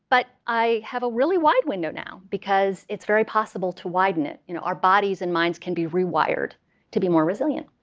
but i have a really wide window now because it's very possible to widen it, and you know our bodies and minds can be rewired to be more resilient.